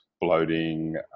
bloating